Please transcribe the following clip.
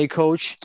coach